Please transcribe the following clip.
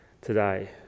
today